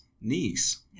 niece